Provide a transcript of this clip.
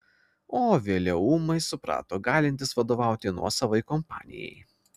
o vėliau ūmai suprato galintis vadovauti nuosavai kompanijai